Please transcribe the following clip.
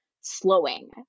slowing